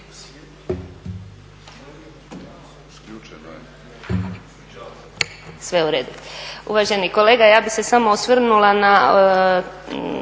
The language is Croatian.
(SDP)** Uvaženi kolega, ja bih se samo osvrnula na